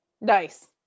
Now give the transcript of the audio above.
Nice